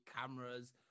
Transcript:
cameras